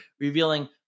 revealing